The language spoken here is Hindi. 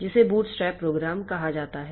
जिसे बूटस्ट्रैप प्रोग्राम कहा जाता है